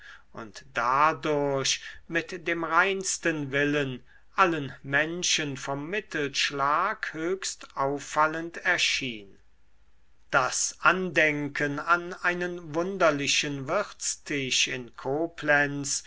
und dadurch mit dem reinsten willen allen menschen vom mittelschlag höchst auffallend erschien das andenken an einen wunderlichen wirtstisch in koblenz